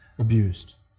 abused